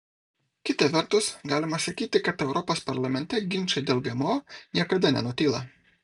kita vertus galima sakyti kad europos parlamente ginčai dėl gmo niekada nenutyla